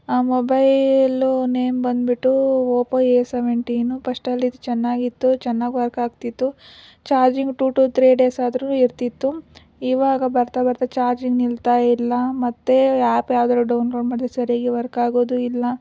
ಆ mobile name ಬಂದ್ಬಿಟ್ಟು Oppo A seventeen ಪಸ್ಟಲ್ಲಿ ಇದು ಚೆನ್ನಾಗಿತ್ತು ಚೆನ್ನಾಗಿ ವರ್ಕ್ ಆಗ್ತಿತ್ತು charging two to three days ಆದರೂ ಇರ್ತಿತ್ತು ಇವಾಗ ಬರ್ತಾ ಬರ್ತಾ ಚಾರ್ಜಿಂಗ್ ನಿಲ್ತಾ ಇಲ್ಲ ಮತ್ತು ಆ್ಯಪ್ ಯಾವ್ದಾದ್ರು ಡೌನ್ಲೋಡ್ ಮಾಡಿದರೆ ಸರಿಯಾಗಿ ವರ್ಕ್ ಆಗೋದು ಇಲ್ಲ